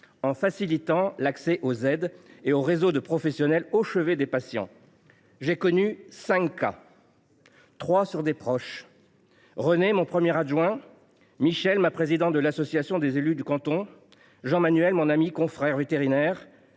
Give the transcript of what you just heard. en facilitant l’accès aux aides et aux réseaux de professionnels au chevet des patients. J’ai connu cinq cas. Trois sont des proches : René, mon premier adjoint ; Michèle, la présidente de l’association des élus de mon canton ; Jean Manuel, mon ami et confrère vétérinaire.